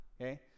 okay